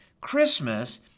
Christmas